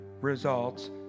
results